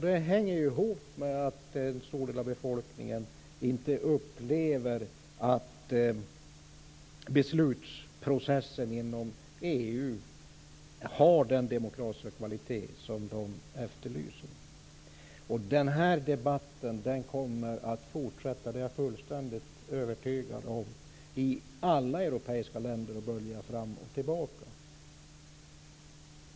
Det hänger ihop med att en stor del av befolkningen inte upplever att beslutsprocessen inom EU har den demokratiska kvalitet som de önskar. Den här debatten kommer att fortsätta - det är jag fullständigt övertygad om - att bölja fram och tillbaka i alla europeiska länder.